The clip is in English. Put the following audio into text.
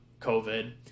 COVID